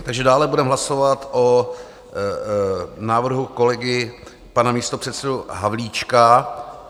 Takže dále budeme hlasovat o návrhu kolegy pana místopředsedy Havlíčka.